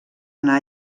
anar